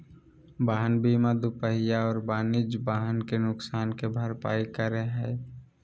वाहन बीमा दूपहिया और वाणिज्यिक वाहन के नुकसान के भरपाई करै हइ